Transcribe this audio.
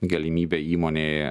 galimybę įmonei